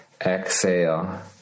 Exhale